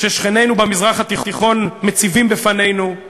ששכנינו במזרח התיכון מציבים בפנינו,